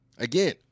Again